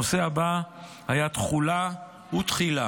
הנושא הבא היה תחולה ותחילה.